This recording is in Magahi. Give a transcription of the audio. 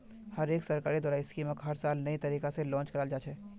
हर एक सरकारेर द्वारा स्कीमक हर साल नये तरीका से लान्च कराल जा छे